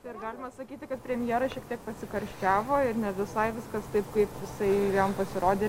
ir galima sakyti kad premjeras šiek tiek pasikarščiavo ir ne visai viskas taip kaip jisai jam pasirodė